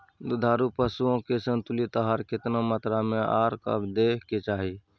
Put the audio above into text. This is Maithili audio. दुधारू पशुओं के संतुलित आहार केतना मात्रा में आर कब दैय के चाही?